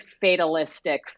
fatalistic